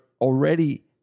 already